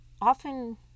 often